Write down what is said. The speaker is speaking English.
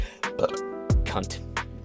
Cunt